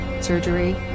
surgery